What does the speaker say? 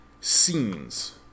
scenes